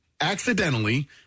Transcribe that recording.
Accidentally